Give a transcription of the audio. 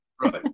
Right